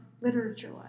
literature